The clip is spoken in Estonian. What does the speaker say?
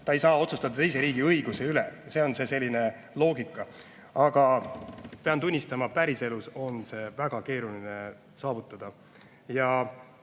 ei saa otsustada teise riigi õiguse üle – selline on see loogika. Aga ma pean tunnistama, et päriselus on seda väga keeruline saavutada.